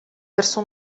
verso